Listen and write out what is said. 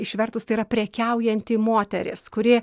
išvertus tai yra prekiaujanti moteris kuri